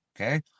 Okay